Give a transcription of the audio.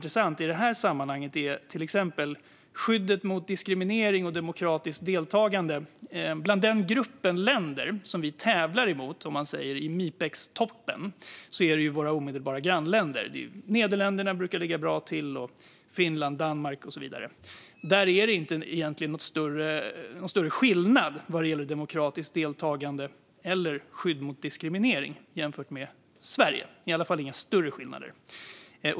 Anledningen till det är att när det gäller till exempel skyddet mot diskriminering och demokratiskt deltagande är det egentligen inte, i den grupp länder som vi så att säga tävlar mot i Mipex-toppen, nämligen våra omedelbara grannländer - Nederländerna brukar ligga bra till, liksom Finland, Danmark och så vidare - några större skillnader jämfört med i Sverige.